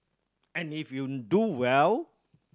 and if you do well